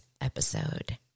episode